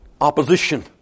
opposition